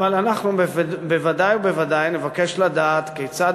אבל אנחנו בוודאי ובוודאי נבקש לדעת כיצד